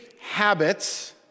habits